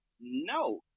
no